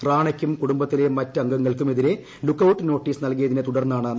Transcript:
റാണയ്ക്കും കുടുംബത്തിലെ മറ്റ് അംഗങ്ങൾക്കും എതിരെ ലുക്ക് ഔട്ട് നോട്ടീസ് നൽകിയതിനെ തുടർന്നാണ് നടപടി